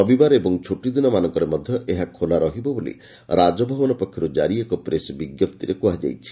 ରବିବାର ଏବଂ ଛୁଟିଦିନ ମାନଙ୍କରେ ମଧ୍ଧ ଏହା ଖୋଲା ରହିବ ବୋଲି ରାକଭବନ ପକ୍ଷର୍ ଜାରି ଏକ ପ୍ରେସ୍ ବି କୁହାଯାଇଛି